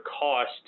cost